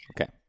Okay